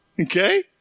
Okay